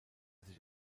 sich